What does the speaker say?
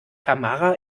tamara